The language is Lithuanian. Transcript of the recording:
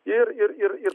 ir ir ir